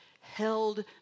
held